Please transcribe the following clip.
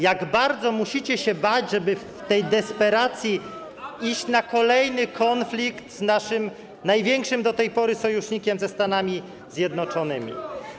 Jak bardzo musicie się bać, żeby w tej desperacji iść na kolejny konflikt z naszym największym do tej pory sojusznikiem - ze Stanami Zjednoczonymi.